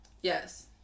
Yes